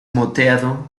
moteado